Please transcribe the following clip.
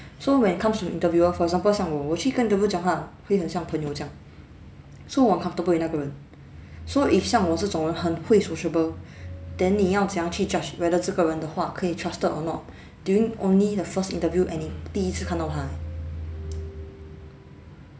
so when it comes from interviewer for example 像我我去跟 interviewer 讲话会很像朋友这样 so 我很 comfortable with 那个人 so if 像我我这种人很会 sociable then 你要怎样去 judge whether 这个人的话可以 trusted or not during only the first interview and 你第一次看到他